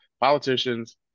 Politicians